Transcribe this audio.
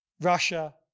Russia